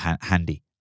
handy